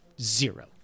Zero